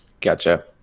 Gotcha